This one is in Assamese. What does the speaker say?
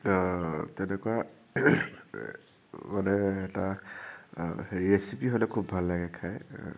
তেনেকুৱা মানে এটা হেৰি ৰেচিপি হ'লে খুব ভাল লাগে খায়